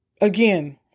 again